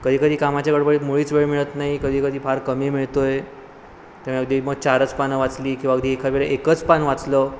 कधीकधी कामाच्या गडबडीत मुळीच वेळ मिळत नाही कधीकधी फार कमी मिळतो आहे अगदी मग चारच पानं वाचली किंवा अगदी एकावेळी एकच पान वाचलं